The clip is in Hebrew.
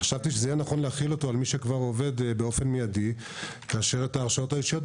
חשבתי שנכון להחיל אותו באופן מיידי על מי שכבר עובד.